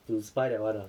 to buy that one ah